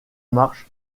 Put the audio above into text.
marche